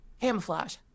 camouflage